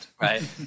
Right